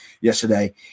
yesterday